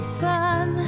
fun